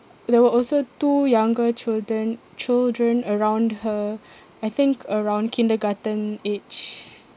there were also two younger children children around her I think around kindergarten age